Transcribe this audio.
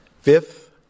Fifth